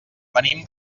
venim